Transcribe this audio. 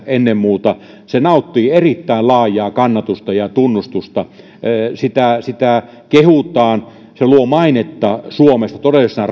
ennen muuta koulutustehtävissä nauttii erittäin laajaa kannatusta ja tunnustusta sitä sitä kehutaan se luo mainetta suomesta todellisena